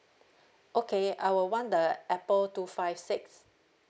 okay I will want the apple two five six